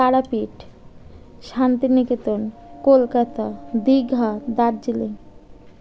Tarapith Shantiniketan Kolkata Digha Darjeeling